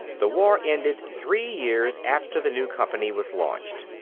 the war ended three years after the new company was launched.